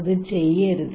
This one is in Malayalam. അതു ചെയ്യരുതു